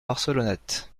barcelonnette